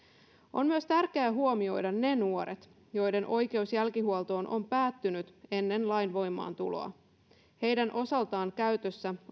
on myös tärkeää huomioida ne nuoret joiden oikeus jälkihuoltoon on päättynyt ennen lain voimaantuloa heidän osaltaan käytössä